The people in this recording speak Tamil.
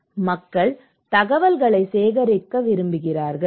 மக்கள் தகவல்களை சேகரிக்க விரும்புகிறார்கள்